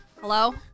Hello